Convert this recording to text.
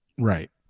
right